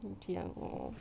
这样 lor